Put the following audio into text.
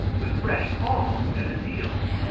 with reddy almost at his heels.